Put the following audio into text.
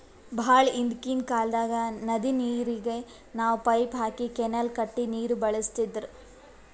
ಭಾಳ್ ಹಿಂದ್ಕಿನ್ ಕಾಲ್ದಾಗ್ ನದಿ ನೀರಿಗ್ ನಾವ್ ಪೈಪ್ ಹಾಕಿ ಕೆನಾಲ್ ಕಟ್ಟಿ ನೀರ್ ಬಳಸ್ತಿದ್ರು